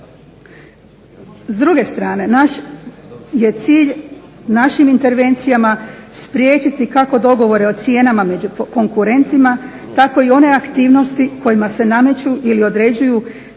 S druge strane naš je cilj našim intervencijama spriječiti kako dogovore o cijenama među konkurentima tako i one aktivnosti kojima se nameću ili određuju takvi